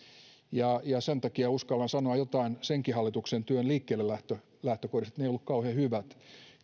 sen takia uskallan sanoa jotain senkin hallituksen työn liikkeellelähtökohdista ja ne eivät olleet kauhean hyvät